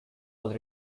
was